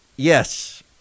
Yes